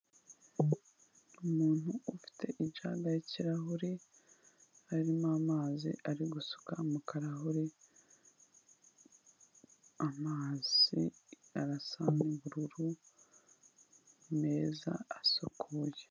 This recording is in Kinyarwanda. Umuntu ufite ijaga y'ikirahure harimo amazi ari gusuka mu karahuri, amazi arasa n'ubururu, meza asukuye.